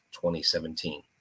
2017